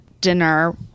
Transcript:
dinner